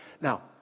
Now